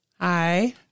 Hi